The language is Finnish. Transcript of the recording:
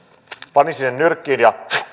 panisin sen nyrkkiin